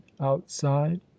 outside